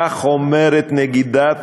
כך אומרת נגידת